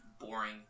boring